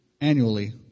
annually